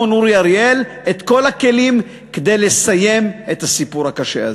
אורי אריאל את כל הכלים כדי לסיים את הסיפור הקשה הזה.